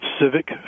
civic